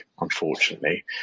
unfortunately